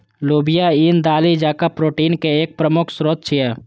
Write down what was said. लोबिया ईन दालि जकां प्रोटीन के एक प्रमुख स्रोत छियै